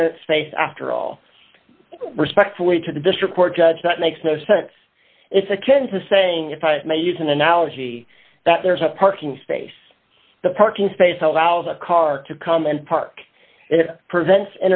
clear space after all respectfully to the district court judge that makes no sense it's akin to saying if i may use an analogy that there's a parking space the parking space allows a car to come and park it prevents